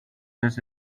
this